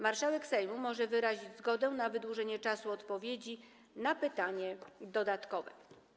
Marszałek Sejmu może wyrazić zgodę na wydłużenie czasu odpowiedzi na pytanie dodatkowe.